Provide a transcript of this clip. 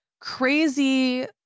crazy